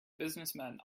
businessmen